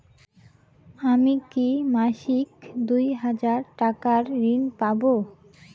আমি কি মাসিক দুই হাজার টাকার ঋণ পাব?